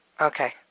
Okay